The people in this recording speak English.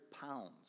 pounds